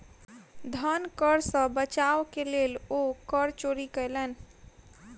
धन कर सॅ बचाव के लेल ओ कर चोरी कयलैन